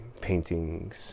paintings